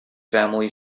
family